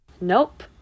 Nope